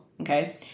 Okay